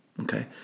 okay